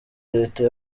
leta